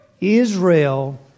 Israel